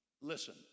Listen